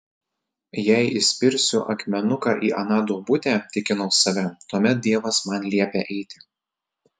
jei įspirsiu akmenuką į aną duobutę tikinau save tuomet dievas man liepia eiti